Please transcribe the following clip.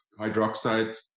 hydroxide